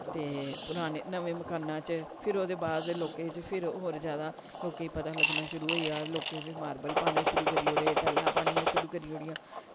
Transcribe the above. ते पुराने नमें मकानां च फिर ओह्दे बाद लोकें च फिर और जैदा लोकेंई पता लग्गना शुरू होईया लोकें फ्ही मारबल पाने शुरू करी ओड़े टैलां पानियां शुरू करी ओड़ियां